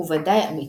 הוא ודאי אמיתי.